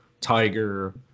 tiger